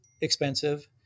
expensive